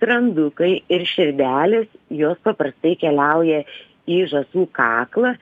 skrandukai ir širdelės jos paprastai keliauja į žąsų kaklą